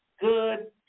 good